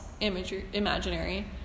imaginary